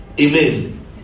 Amen